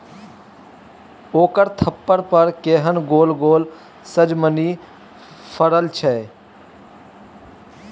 ओकर छप्पर पर केहन गोल गोल सजमनि फड़ल छै